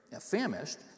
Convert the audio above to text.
famished